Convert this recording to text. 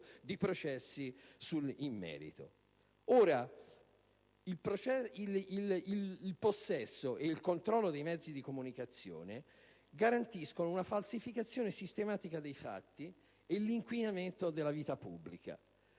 di processi in merito. Il possesso e il controllo dei mezzi di comunicazione garantiscono una falsificazione sistematica dei fatti e l'inquinamento della vita pubblica.